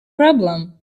problem